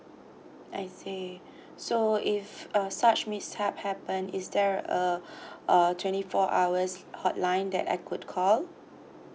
I see so if uh such mishaps happen is there a uh twenty four hours hotline that I could call